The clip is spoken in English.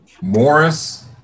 Morris